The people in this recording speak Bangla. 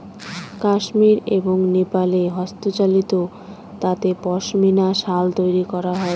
কাশ্মির এবং নেপালে হস্তচালিত তাঁতে পশমিনা শাল তৈরী করা হয়